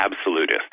absolutist